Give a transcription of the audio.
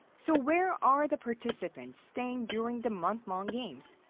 so where are the participants staying during the month-long games?